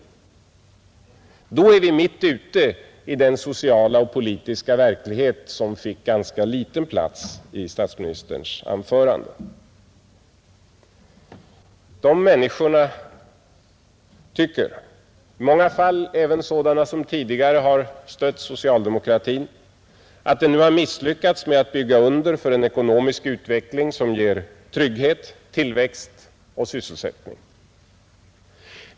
Den frågan ställer oss mitt ute i den sociala och politiska verklighet som fick ganska liten plats i statsministerns anförande, De människorna — i många fall även sådana som tidigare har stött socialdemokratin — tycker att den nu har misslyckats med att bygga under för en ekonomisk utveckling som ger trygghet, tillväxt och sysselsättning.